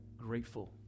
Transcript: grateful